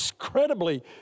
incredibly